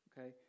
Okay